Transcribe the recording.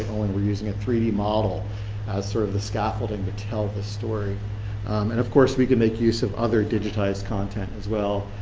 and we're using a three d model as sort of the scaffolding to tell the story. and of course we can make use of other digitized content as well,